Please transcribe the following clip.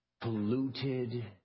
polluted